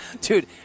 Dude